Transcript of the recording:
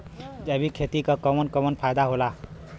जैविक खेती क कवन कवन फायदा होला?